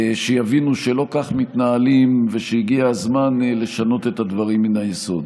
שיבינו שלא כך מתנהלים ושהגיע הזמן לשנות את הדברים מן היסוד.